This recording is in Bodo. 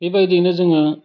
बेबायदियैनो जोङो